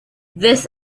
this